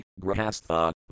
Grahastha